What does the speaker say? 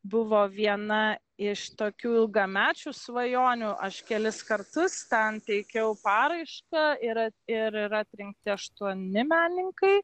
buvo viena iš tokių ilgamečių svajonių aš kelis kartus ten teikiau paraišką ir ir yra atrinkti aštuoni menininkai